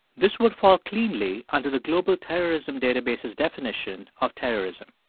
this would fall cleanly under the global terrorism database's definition of terrorism.